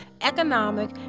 economic